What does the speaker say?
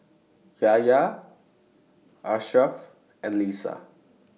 Yahya Ashraff and Lisa